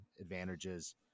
advantages